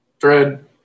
thread